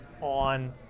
on